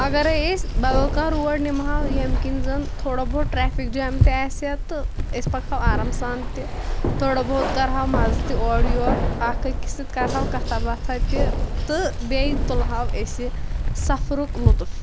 اگرے أسۍ بدل کانٛہہ روڑ نِمہٕ ہاو ییٚمہِ کِنۍ زن تھوڑا بہت ٹرافِک جیم تہِ آسہِ ہا تہِ أسۍ پکہٕ ہاو آرام سان تہِ تھوڑا بہت کرٕ ہاو مزٕ تہِ اورٕ یورٕ اکھ أکِس سۭتۍ کرہاو کتھا باتھا تہِ تہٕ بیٚیہِ تُلہٕ ہاو اسہِ سفرُک لُطُف